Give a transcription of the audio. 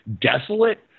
desolate